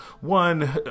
one